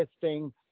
testing